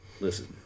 Listen